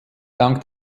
dank